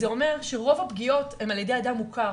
זה אומר שרוב הפגיעות הם על ידי אדם מוכר,